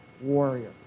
warrior